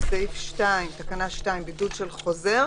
בסעיף 2, תקנה 2, בידוד של חוזר.